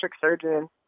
surgeon